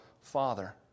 Father